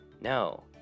No